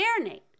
marinate